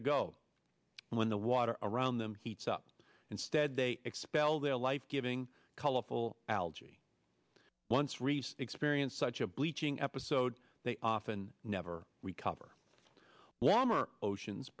to go when the water around them heats up instead they expel their life giving colorful algae once reefs experience such a bleaching episode they often never recover warmer oceans